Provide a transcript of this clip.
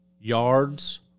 Yards